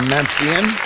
Memphian